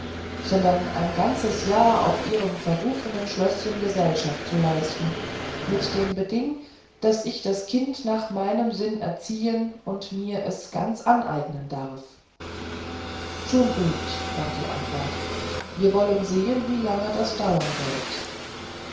sondern ein ganzes jahr auf ihrem verrufenen schlößchen gesellschaft zu leisten mit dem beding daß ich das kind nach meinem sinn erziehen und mir es ganz aneignen darf schon gut war die antwort wir wollen sehen wie lang das dauern wird